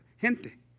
gente